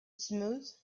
smooth